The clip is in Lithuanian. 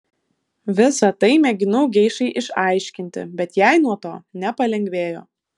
visa tai mėginau geišai išaiškinti bet jai nuo to nepalengvėjo